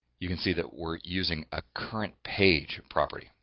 you can see that. we're using a current page property.